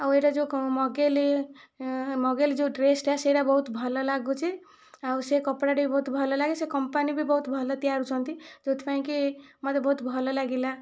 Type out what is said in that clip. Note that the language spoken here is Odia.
ଆଉ ଏଟା ଯେଉଁ କ ମଗାଇଲି ମଗାଇଲି ଯେଉଁ ଡ୍ରେସଟା ସେଟା ବହୁତ ଭଲ ଲାଗୁଛି ଆଉ ସେ କପଡ଼ାଟି ବି ବହୁତ ଭଲ ଲାଗେ ଆଉ ସେ କମ୍ପାନୀ ବି ବହୁତ ଭଲ ତିଆରୁଛନ୍ତି ଯେଉଁଥିପାଇଁ କି ମୋତେ ବହୁତ ଭଲ ଲାଗିଲା